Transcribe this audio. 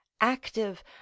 active